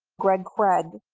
greg craig,